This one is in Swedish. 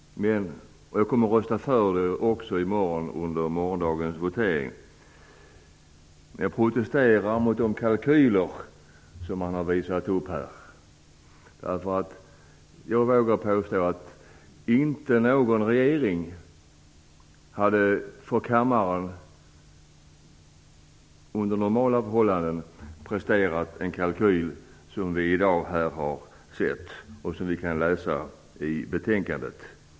Jag kommer också att rösta för det i morgondagens votering. Men jag protesterar mot de kalkyler som man här har visat upp. Jag vågar påstå att ingen regering under normala förhållanden skulle ha presterat en kalkyl som den vi har sett här i dag och som vi kan ta del av i betänkandet.